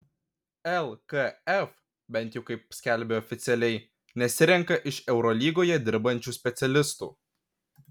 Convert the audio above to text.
lkf bent jau kaip skelbia oficialiai nesirenka iš eurolygoje dirbančių specialistų